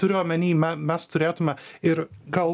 turiu omeny mes turėtume ir gal